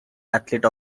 athlete